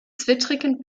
zwittrigen